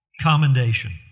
commendation